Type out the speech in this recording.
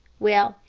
well,